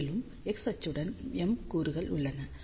மேலும் x அச்சுடன் m கூறுகள் உள்ளன